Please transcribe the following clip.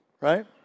right